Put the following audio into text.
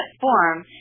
form